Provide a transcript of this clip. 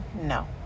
No